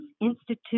Institute